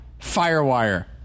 Firewire